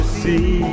see